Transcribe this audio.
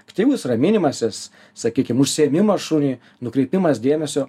aktyvus raminimasis sakykim užsiėmimas šuniui nukreipimas dėmesio